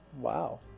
Wow